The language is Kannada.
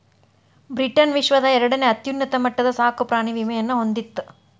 ಬ್ರಿಟನ್ ವಿಶ್ವದ ಎರಡನೇ ಅತ್ಯುನ್ನತ ಮಟ್ಟದ ಸಾಕುಪ್ರಾಣಿ ವಿಮೆಯನ್ನ ಹೊಂದಿತ್ತ